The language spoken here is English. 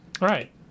Right